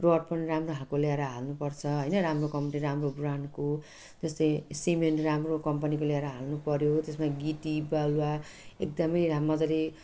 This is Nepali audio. रड पनि राम्रो खालको ल्याएर हाल्नुपर्छ हैन राम्रो कम्पनी राम्रो ब्रान्डको त्यस्तै सिमेन्ट राम्रो कम्पनीको ल्याएर हाल्नुपर्यो त्यसमा गिटी बालुवा एकदमै रा मजाले